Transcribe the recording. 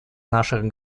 наших